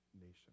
nation